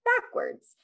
backwards